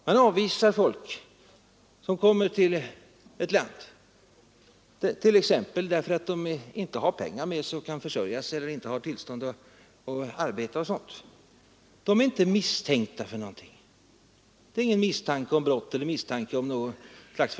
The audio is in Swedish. Man avvisar människor som kommer till ett land, t.ex. därför att de inte har pengar med sig och kan försörja sig, inte har tillstånd att arbeta eller Nr 67 liknande. De är inte misstänkta för någonting — det föreligger ingen Torsdagen den misstanke om brott eller någonting förgripligt över huvud taget.